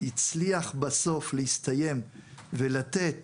הצליח בסוף להסתיים ולתת